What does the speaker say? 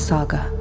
Saga